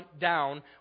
down